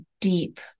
deep